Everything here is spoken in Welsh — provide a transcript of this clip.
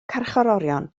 carcharorion